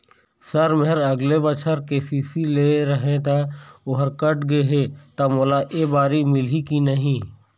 Sir मेहर अगले बछर के.सी.सी लेहे रहें ता ओहर कट गे हे ता मोला एबारी मिलही की नहीं?